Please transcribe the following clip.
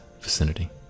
vicinity